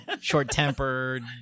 short-tempered